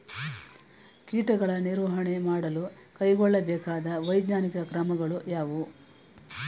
ಕೀಟಗಳ ನಿರ್ವಹಣೆ ಮಾಡಲು ಕೈಗೊಳ್ಳಬೇಕಾದ ವೈಜ್ಞಾನಿಕ ಕ್ರಮಗಳು ಯಾವುವು?